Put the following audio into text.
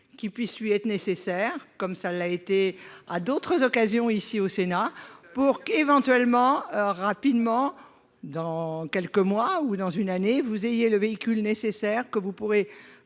qui puisse lui être nécessaire comme ça l'a été à d'autres occasions, ici au Sénat pour qu'éventuellement rapidement, dans quelques mois ou dans une année, vous ayez le véhicule nécessaire que vous pourrez